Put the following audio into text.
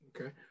Okay